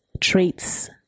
traits